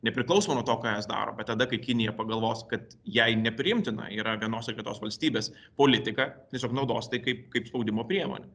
nepriklausomai nuo to ką jos daro bet tada kai kinija pagalvos kad jai nepriimtina yra vienos ar kitos valstybės politika tiesiog naudos tai kaip kaip spaudimo priemonę